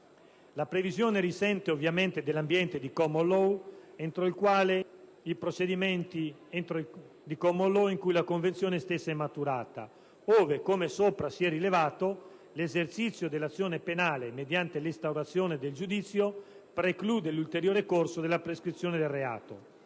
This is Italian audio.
La previsione risente ovviamente dell'ambiente di *common law* in cui la Convenzione stessa è maturata ove, come sopra si è rilevato, l'esercizio dell'azione penale mediante l'instaurazione del giudizio preclude l'ulteriore corso della prescrizione del reato.